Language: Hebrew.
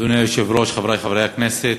אדוני היושב-ראש, חברי חברי הכנסת,